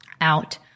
out